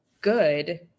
good